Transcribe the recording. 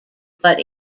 but